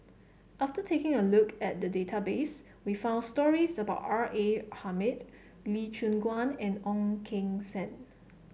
after taking a look at the database we found stories about R A Hamid Lee Choon Guan and Ong Keng Sen